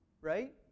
Right